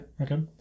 okay